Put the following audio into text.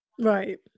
right